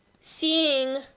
seeing